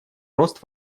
рост